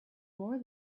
more